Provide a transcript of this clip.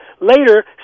later